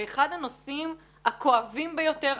זה אחד הנושאים הכואבים ביותר,